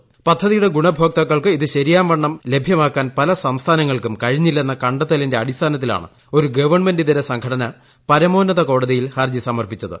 എന്നാൽ പദ്ധതിയുടെ ഗുണഭോക്താക്കൾക്ക് ഇത് ശരിയാംവണ്ണം ലഭ്യമാക്കാൻ പല സംസ്ഥാനങ്ങൾക്കും കഴിഞ്ഞില്ലെന്ന കടെ ത്തലിന്റെ അടിസ്ഥാനത്തിലാണ് ഒരു ഗവൺമെന്റിതര സംഘടന പരമോന്നത കോടതിയിൽ ഹർജി സമർപ്പിച്ചത്